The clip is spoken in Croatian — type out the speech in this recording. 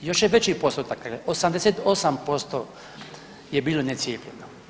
Još je veći postotak, 88% je bilo necijepljeno.